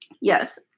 Yes